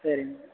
சரிங்க